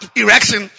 erection